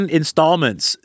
installments